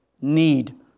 need